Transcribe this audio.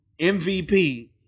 MVP